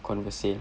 Converse sale